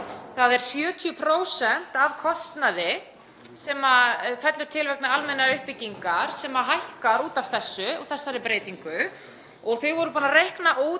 það sé 70% af kostnaði sem fellur til vegna almennrar uppbyggingar, sem hækkar út af þessu og þessari breytingu. Það var búið að reikna út